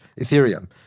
Ethereum